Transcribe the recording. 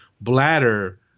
bladder